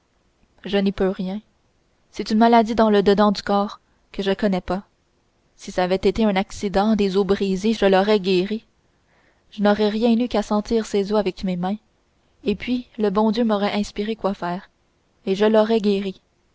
je n'y peux rien c'est une maladie dans le dedans du corps que je ne connais pas si ç'avait été un accident des os brisés je l'aurais guérie je n'aurais rien eu qu'à sentir ses os avec mes mains et puis le bon dieu m'aurait inspiré quoi faire et je l'aurais guérie